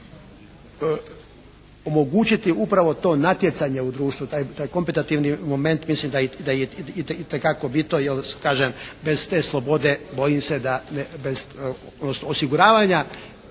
omogućiti upravo to natjecanje u društvu, taj kompetativni moment. Mislim da je to itekako bitno, jer kažem bez te slobode, bojim se da, bez osiguravanja